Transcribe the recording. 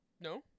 No